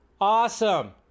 Awesome